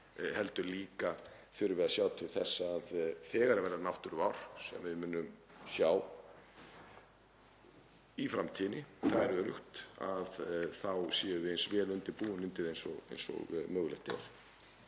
heldur líka þurfum við að sjá til þess að þegar það verða náttúruvár, sem við munum sjá í framtíðinni, það er öruggt, þá séum við eins vel undirbúin og mögulegt er.